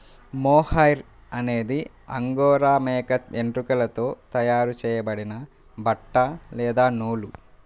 mohair అనేది angora మేక వెంట్రుకలతో తయారు చేయబడిన బట్ట లేదా నూలు